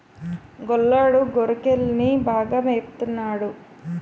గొల్లోడు గొర్రెకిలని బాగా మేపత న్నాడు